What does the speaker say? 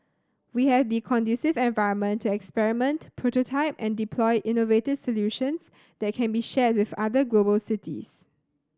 we have the conducive environment to experiment prototype and deploy innovative solutions that can be shared with other global cities